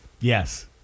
Yes